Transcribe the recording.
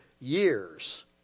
years